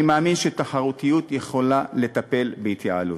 אני מאמין שתחרותיות יכולה לטפל בהתייעלות.